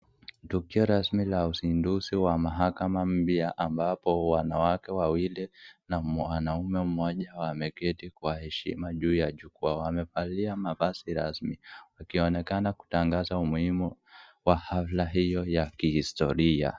Jukwaa rasmi la simudusi wa mahakama mbili ambapo wanawake wawili na mwanaume mmoja wameketia kwa heshima juu ya jukwaa wamevalia mavazi rasmi wakionekana kutangaza umuhimu wa hafla hiyo ya kihistoria.